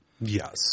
yes